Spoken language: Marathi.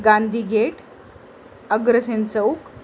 गांधी गेट अग्रसेन चौक